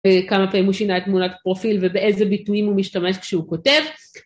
כמה פעמים הוא שינה את תמונת פרופיל ובאיזה ביטויים הוא משתמש כשהוא כותב